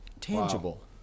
Tangible